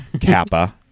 Kappa